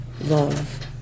love